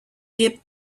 they